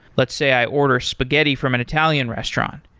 let's say i order spaghetti from an italian restaurant.